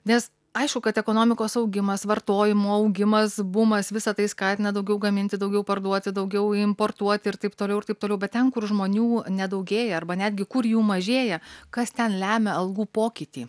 nes aišku kad ekonomikos augimas vartojimų augimas bumas visa tai skatina daugiau gaminti daugiau parduoti daugiau importuoti ir taip toliau ir taip toliau bet ten kur žmonių nedaugėja arba netgi kur jų mažėja kas ten lemia algų pokytį